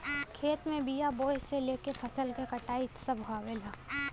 खेत में बिया बोये से लेके फसल क कटाई सभ आवेला